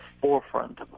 forefront